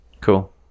cool